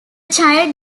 child